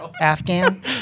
Afghan